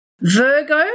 Virgo